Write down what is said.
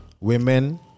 women